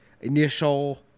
initial